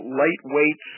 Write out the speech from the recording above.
lightweight